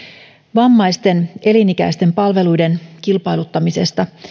vammaisten elinikäisten palveluiden kilpailuttamisesta